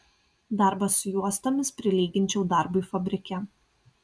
darbą su juostomis prilyginčiau darbui fabrike